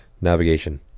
navigation